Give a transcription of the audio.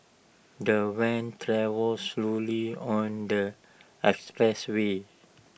the van travelled slowly on the expressway